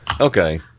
okay